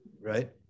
Right